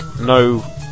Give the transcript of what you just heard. no